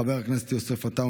חבר הכנסת יוסף עטאונה,